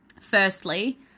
firstly